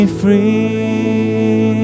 free